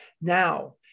now